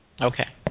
Okay